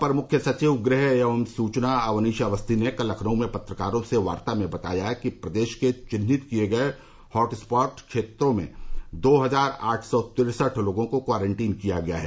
अपर मुख्य सचिव गृह एवं सुचना अवनीश अवस्थी ने कल लखनऊ में पत्रकारों से वार्ता में बताया कि प्रदेश के चिन्हित किए गए हाँटस्पॉट क्षेत्रों में दो हजार आठ सौ तिरसठ लोगों को क्वारंटीन किया गया है